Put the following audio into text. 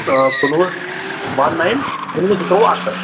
آ کُنوُہ one nine کُنوُہ زٕ ترٛووُہ اَکترٕ